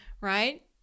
right